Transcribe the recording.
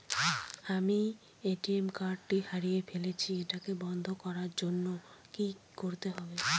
আমি ATM card টি হারিয়ে ফেলেছি এটাকে বন্ধ করার জন্য কি করতে হবে?